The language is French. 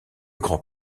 grand